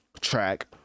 track